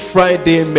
Friday